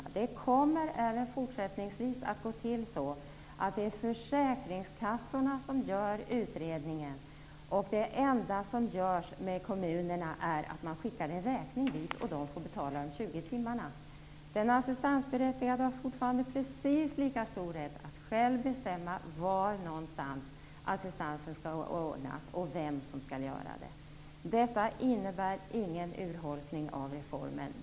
Det kommer även fortsättningsvis att gå till så att försäkringskassorna gör utredningen. Det enda som görs med kommunerna är att man skickar en räkning dit och de får betala de 20 timmarna. Den assistansberättigade har fortfarande precis lika stor rätt att själv bestämma var någonstans assistansen skall ordnas och vem som skall göra det. Detta innebär ingen urholkning av reformen.